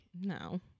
no